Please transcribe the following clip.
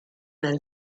then